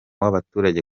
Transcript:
w’abaturage